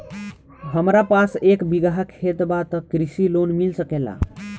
हमरा पास एक बिगहा खेत बा त कृषि लोन मिल सकेला?